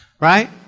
Right